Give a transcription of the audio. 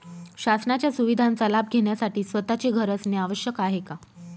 शासनाच्या सुविधांचा लाभ घेण्यासाठी स्वतःचे घर असणे आवश्यक आहे का?